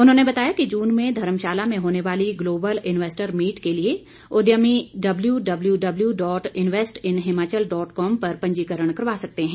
उन्होंने बताया कि जून में धर्मशाला में होने वाली ग्लोबल इन्वेस्टर मीट के लिए उद्यमी W W W dot invest in Himachal dot com पर पंजीकरण करवा सकते हैं